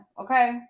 okay